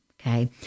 okay